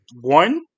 one